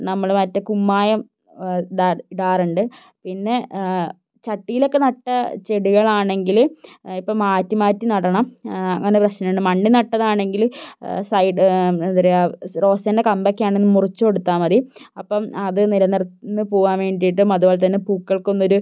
നമ്മൾ മറ്റേ കുമ്മായം ഇടാറുണ്ട് പിന്നെ ചട്ടിയിലൊക്കെ നട്ട ചെടികളാണെങ്കിൽ ഇപ്പോൾ മാറ്റി മാറ്റി നടണം അങ്ങനെ പ്രശ്നമുണ്ട് മണ്ണിൽ നട്ടതാണെങ്കിൽ സൈഡ് എന്താ പറയുക റോസിൻ്റെ കമ്പൊക്കെ ആണെങ്കിൽ മുറിച്ചു കൊടുത്താൽ മതി അപ്പം അത് നിലനിന്നു പോവാൻ വേണ്ടിയിട്ടും അതുപോലെതന്നെ പൂക്കൾക്ക് ഇന്നൊരു